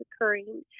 occurring